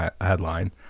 headline